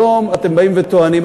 היום אתם באים וטוענים,